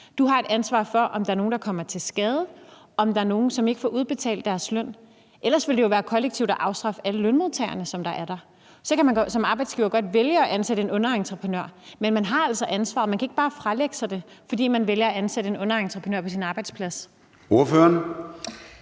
Du har et ansvar for, om der er nogle, der kommer til skade, eller der er nogle, der ikke får udbetalt deres løn. Ellers ville det jo være kollektiv afstraffelse af alle de lønmodtagere, som er der. Så kan man som arbejdsgiver godt vælge at ansætte en underentreprenør, men man har altså ansvaret. Man kan ikke bare fralægge sig det, fordi man vælger at ansætte en underentreprenør på sin arbejdsplads. Kl.